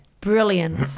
Brilliant